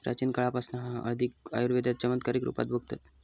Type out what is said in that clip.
प्राचीन काळापासना हळदीक आयुर्वेदात चमत्कारीक रुपात बघतत